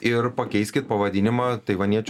ir pakeiskit pavadinimą taivaniečių